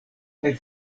kaj